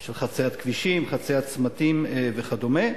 של חציית כבישים, חציית צמתים וכדומה.